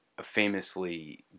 famously